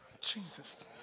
Jesus